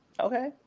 Okay